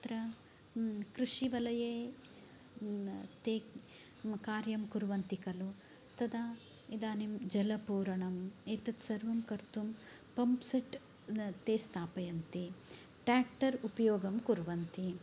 तत्र कृषिवलये ते कार्यं कुर्वन्ति खलु तदा इदानीं जलपूरणम् एतत् सर्वं कर्तुं पम्प् सेट् ते स्थापयन्ति टेक्टर् उपयोगं कुर्वन्ति